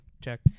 check